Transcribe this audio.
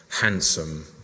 handsome